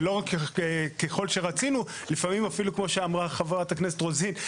ולא רק זה לפעמים אפילו כפי שאמרה חברת הכנסת רוזין,